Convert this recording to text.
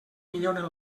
milloren